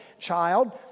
child